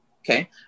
Okay